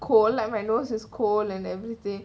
cold like my nose is cold and everything